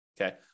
okay